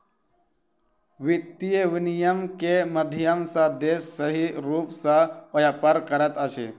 वित्तीय विनियम के माध्यम सॅ देश सही रूप सॅ व्यापार करैत अछि